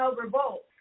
revolt